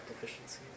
deficiencies